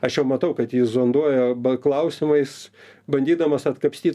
aš jau matau kad jis zonduoja klausimais bandydamas atkapsty